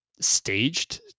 staged